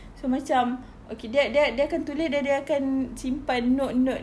so macam okay dia dia akan tulis dan dia akan simpan note note